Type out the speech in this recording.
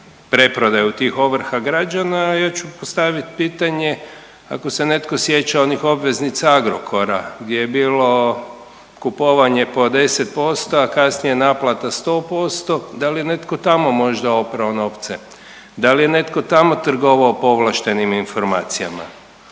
preprodaju tih ovrha građana. A ja ću postaviti pitanje, ako se netko sjeća onih obveznica Agrokora gdje je bilo kupovanje po 10% a kasnije naplata 100% da li je netko tamo možda oprao novce? Da li je netko tamo trgovao povlaštenim informacijama?